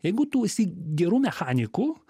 jeigu tu esi geru mechaniku